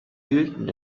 wühlten